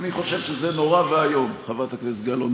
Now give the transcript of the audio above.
אני חושב שזה נורא ואיום, חברת הכנסת גלאון.